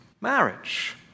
marriage